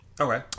Okay